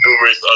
numerous